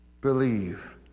believe